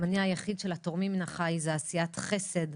המניע היחיד של התורמים מן החי זו עשיית חסד.